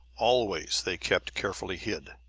always they kept carefully hid,